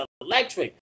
electric